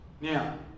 Now